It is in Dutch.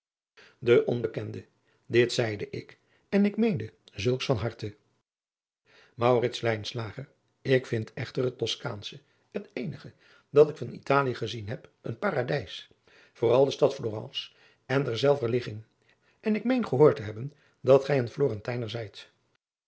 de onbekende dit zeide ik en ik meende zulks van harte maurits lijnslager ik vind echter het toskaansche het eenige dat ik van italie gezien heb een paradijs vooral de stad florence en derzelver ligging en ik meen gehoord te hebben dat gij een florentijner zijt